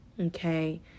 okay